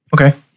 Okay